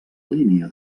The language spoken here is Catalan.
línia